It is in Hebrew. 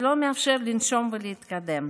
שלא מאפשר לנשום ולהתקדם